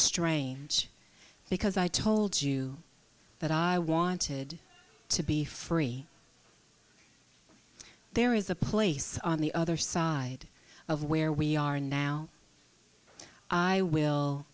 strange because i told you that i wanted to be free there is a place on the other side of where we are now i will